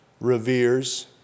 reveres